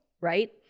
right